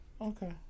Okay